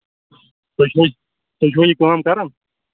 تُہۍ چھِوا تُہۍ چھِوا یہِ کٲم کَران